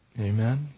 Amen